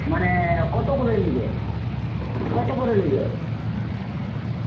মানে কত করে নিবে কত করে নিবে